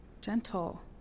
gentle